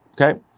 okay